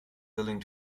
willing